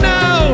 now